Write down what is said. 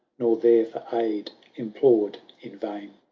nor there for aid implored in vain